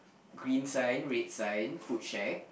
green sign red sign food shack